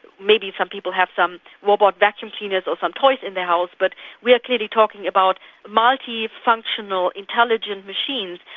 maybe some people have some robot vacuum cleaners or some toys in their house, but we are clearly talking about multifunctional intelligent machines.